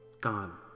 gone